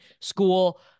school